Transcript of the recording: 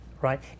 right